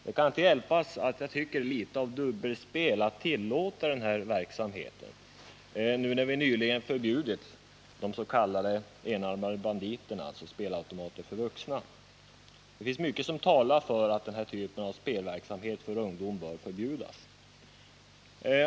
Det kan inte hjälpas att jag tycker att det är litet av dubbelspel att tillåta denna verksamhet nu, när vi nyligen har förbjudit de s.k. enarmade banditerna — spelautomater för vuxna. Det finns mycket som talar för att den här typen av spelverksamhet för ungdom bör förbjudas.